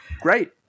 Great